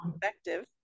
perspective